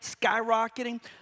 skyrocketing